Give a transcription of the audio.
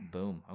Boom